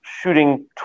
shooting